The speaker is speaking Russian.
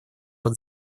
под